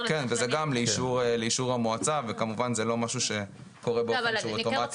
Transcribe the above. וזה גם לאישור המועצה וכמובן זה לא משהו שקורה באופן אוטומטי.